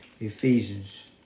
Ephesians